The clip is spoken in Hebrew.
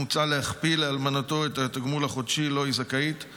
מוצע להכפיל לאלמנתו את התגמול החודשי שהיא זכאית לו.